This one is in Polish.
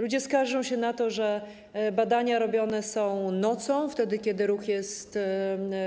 Ludzie skarżą się na to, że badania robione są nocą, wtedy kiedy ruch